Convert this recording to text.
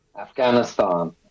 Afghanistan